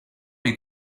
les